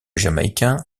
jamaïcain